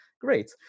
Great